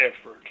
effort